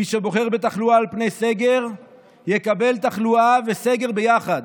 מי שבוחר בתחלואה על פני סגר יקבל תחלואה וסגר ביחד.